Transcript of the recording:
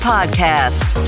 Podcast